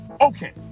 Okay